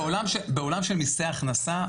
בעולם של מיסי הכנסה,